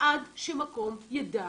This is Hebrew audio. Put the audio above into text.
עד שמקום ידע